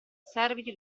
serviti